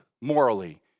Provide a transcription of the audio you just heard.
morally